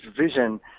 vision